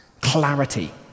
Clarity